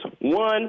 One